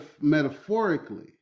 metaphorically